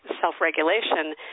self-regulation